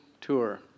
tour